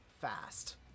fast